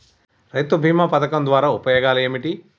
రైతు బీమా పథకం ద్వారా ఉపయోగాలు ఏమిటి?